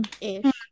Ish